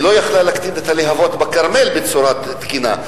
היא לא יכלה להקטין את הלהבות בכרמל בצורה תקינה,